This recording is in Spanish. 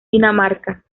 dinamarca